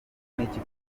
niki